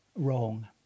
wrong